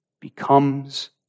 becomes